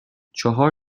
چهار